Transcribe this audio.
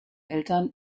eltern